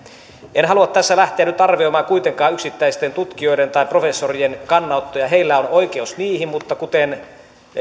en halua tässä lähteä nyt arvioimaan kuitenkaan yksittäisten tutkijoiden tai professorien kannanottoja heillä on oikeus niihin mutta kuten